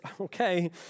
okay